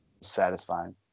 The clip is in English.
satisfying